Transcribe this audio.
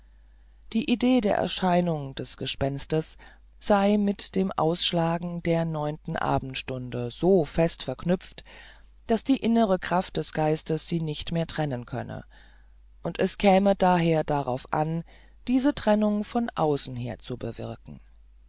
die idee der erscheinung des gespenstes sei mit dem ausschlagen der neunten abendstunde so fest verknüpft daß die innere kraft des geistes sie nicht mehr trennen könne und es käme daher nur darauf an diese trennung von außen her zu bewirken